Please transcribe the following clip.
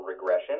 regression